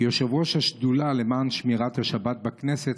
כיושב-ראש השדולה למען שמירת השבת בכנסת,